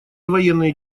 военные